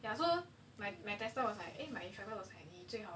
ya so my my tester was like eh my instructor was like 你最好